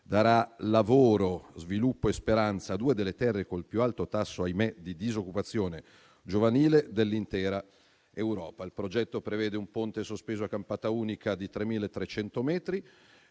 darà lavoro, sviluppo e speranza a due delle terre col più alto tasso, ahimè, di disoccupazione giovanile dell'intera Europa. Il progetto prevede un ponte sospeso a campata unica di 3.300 metri.